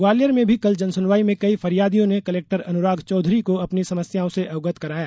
ग्वालियर में भी कल जन सुनवाई में कई फरियादियों ने कलेक्टर अनुराग चौधरी को अपनी समस्याओं से अवगत कराया